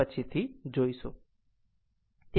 પછીથી જોઈશું